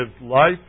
life